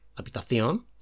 habitación